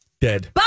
dead